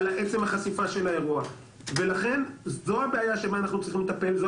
על עצם החשיפה של האירוע ולכן זו הבעיה שאנחנו צריכים לטפל ולכן זו